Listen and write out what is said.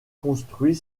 construit